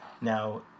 Now